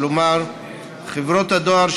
כלומר חברות הדואר,